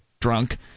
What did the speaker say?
drunk